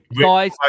Guys